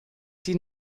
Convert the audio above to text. die